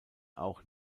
auch